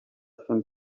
twym